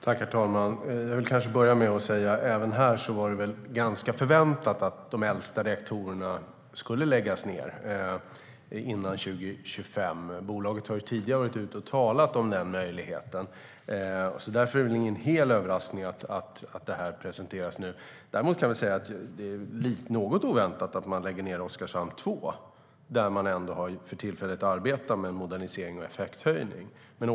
Herr talman! Jag vill börja med att säga att det även här var ganska förväntat att de äldsta reaktorerna skulle läggas ned före 2025. Bolaget har tidigare varit ute och talat om den möjligheten. Därför är det ingen total överraskning att det presenteras nu. Däremot är det något oväntat att de lägger ned Oskarshamn 2 eftersom de för tillfället arbetar med modernisering och effekthöjning där.